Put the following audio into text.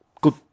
Good